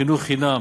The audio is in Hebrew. חינוך חינם